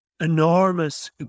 enormous